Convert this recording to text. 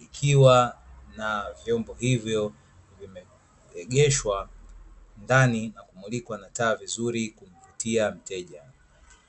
likiwa na vyombo hivyo vimeegeshwa ndani na kumulikwa na taa vizuri kumvutia mteja.